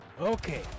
Okay